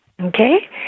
okay